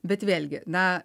bet vėlgi na